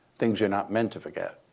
things you're not meant to forget.